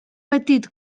petit